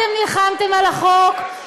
אתם נלחמתם על החוק,